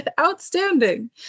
Outstanding